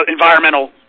environmental